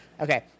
okay